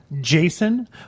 Jason